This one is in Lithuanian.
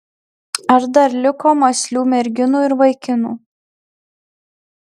ar dar liko mąslių merginų ir vaikinų